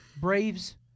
Braves